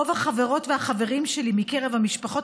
רוב החברות והחברים שלי מקרב המשפחות